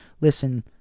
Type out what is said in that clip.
listen